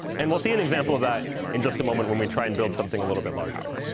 and we'll see an example of that in just a moment when we try and build something a little bit larger.